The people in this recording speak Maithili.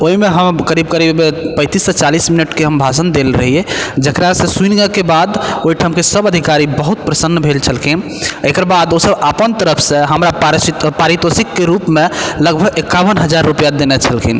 ओइमे हम करीब करीब पैंतिससँ चालिस मिनटके हम भाषण देल रहियै जकरा से सुनलाके बाद ओइ ठामके सब अधिकारी बहुत प्रसन्न भेल छलखिन एकर बाद ओ सब अपन तरफसँ हमरा पारितोषिक पारितोषिकके रूपमे लगभग एकाबन हजार रुपैआ देने छलखिन